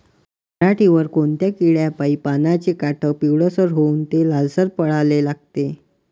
पऱ्हाटीवर कोनत्या किड्यापाई पानाचे काठं पिवळसर होऊन ते लालसर पडाले लागते?